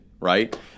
right